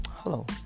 Hello